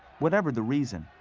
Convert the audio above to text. whatever the reason,